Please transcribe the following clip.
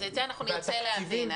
את זה נרצה להבין.